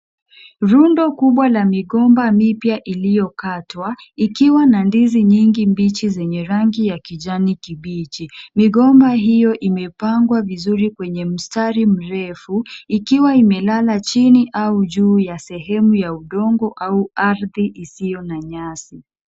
Rundo kubwa la migomba mipya iliyoktwa, ikiwa na ndizi nyingi mbichi zenye rangi ya kijani kibichi. Migomba hiyo imepangwa vizuri kwenye mstari mrefu, ikiwa imelala chini au juu ya sehemu ya udongo au ardhi isiyo na nyasi.